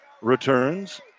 returns